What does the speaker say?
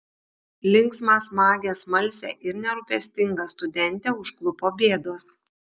linksmą smagią smalsią ir nerūpestingą studentę užklupo bėdos